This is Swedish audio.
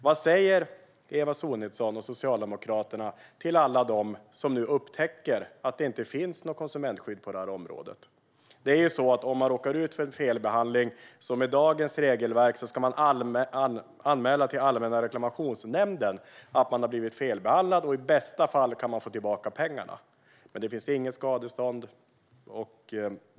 Vad säger Eva Sonidsson och Socialdemokraterna till alla som nu upptäcker att det inte finns något konsumentskydd på detta område? Om man råkar ut för en felbehandling ska man med dagens regelverk anmäla det till Allmänna reklamationsnämnden. I bästa fall kan man få tillbaka pengarna, men det finns inget skadestånd.